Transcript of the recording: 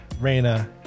Reina